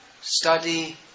study